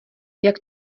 jak